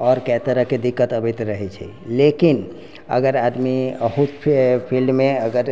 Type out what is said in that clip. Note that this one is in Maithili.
आओर कए तरहके दिक्कत अबैत रहै छै लेकिन अगर आदमी अहु फि फील्डमे अगर